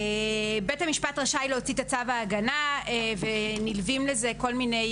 בית המשפט רשאי להוציא את צו ההגנה ונלוות לזה כל מיני